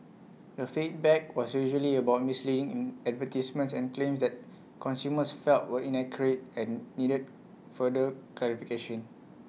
the feedback was usually about misleading advertisements and claims that consumers felt were inaccurate and needed further clarification